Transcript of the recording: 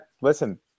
Listen